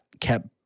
kept